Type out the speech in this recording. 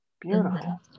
beautiful